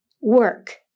work